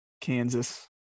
Kansas